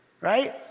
Right